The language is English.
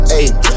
ayy